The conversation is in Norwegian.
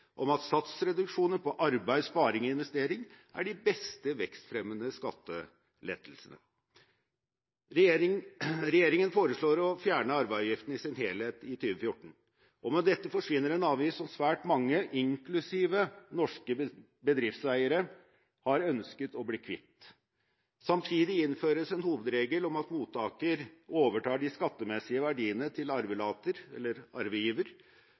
om at satsreduksjoner på arbeid, sparing og investeringer er de beste vekstfremmende skattelettelsene. Regjeringen foreslår å fjerne arveavgiften i sin helhet i 2014, og med dette forsvinner en avgift som svært mange inklusiv norske bedriftseiere har ønsket å bli kvitt. Samtidig innføres en hovedregel om at mottaker overtar de skattemessige verdiene til arvegiver.